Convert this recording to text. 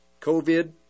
COVID